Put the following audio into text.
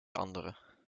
andere